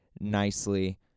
nicely